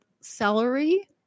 celery